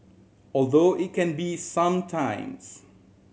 although it can be some times